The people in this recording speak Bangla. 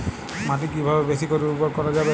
মাটি কিভাবে বেশী করে উর্বর করা যাবে?